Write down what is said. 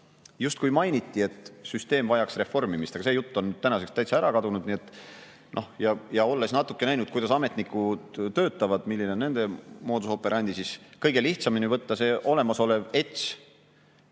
justkui mainiti, et süsteem vajaks reformimist. Aga see jutt on tänaseks täitsa ära kadunud. Olles natuke näinud, kuidas ametnikud töötavad, milline on nendemodus operandi, ma ütleksin, kõige lihtsamalt, et kui võtta see olemasolev ETS,